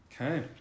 okay